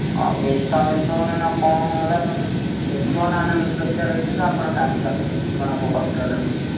ହଁ ମିଶାମିଶି ନା କଣ ହେଲା ତମେ ଦେଖିବ ନା ନିଜ ପିଲାର ହେଇଥିଲେ ଆପଣ ଜାଣିପାରିଥାନ୍ତେ କେମ୍ତି କଣ ଆମକୁ କଷ୍ଟଟା ଲାଗୁଛି